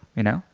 you know?